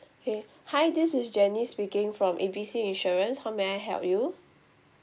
okay hi this is jennie speaking from A B C insurance how may I help you